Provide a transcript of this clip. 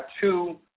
two